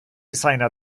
seiner